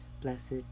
Blessed